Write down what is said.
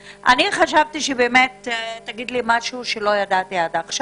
חשבתי שתגיד לי משהו שלא ידעתי עד כה